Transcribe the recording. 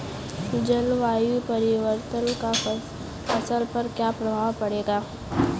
जलवायु परिवर्तन का फसल पर क्या प्रभाव पड़ेगा?